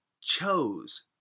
chose